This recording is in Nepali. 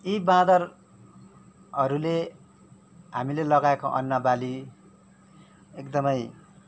यी बाँदरहरूले हामीले लगाएको अन्न बाली एकदमै